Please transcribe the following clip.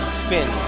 spin